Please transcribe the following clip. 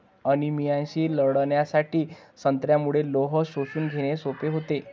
अनिमियाशी लढण्यासाठी संत्र्यामुळे लोह शोषून घेणे सोपे होते